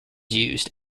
used